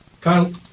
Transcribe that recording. Kyle